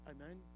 Amen